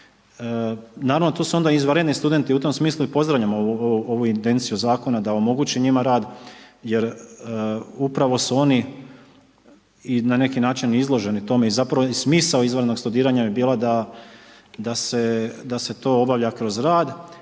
Naravno tu su onda i izvanredni studenti i u tom smislu, pozdravljam ovu intenciju zakona da omogući njima rad, jer upravo su oni i na neki način izloženi tome i zapravo i smisao izvanrednog studiranja bi bila, da se to obavlja kroz rad.